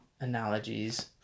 analogies